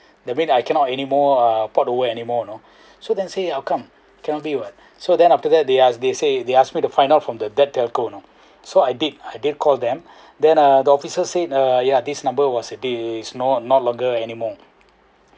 that's mean I cannot anymore uh port over anymore you know so then say how come cannot be what so then after that they ask they say they ask me to find out from the that telco you know so I did I did call them then uh the officer said uh yeah this number was this not not longer anymore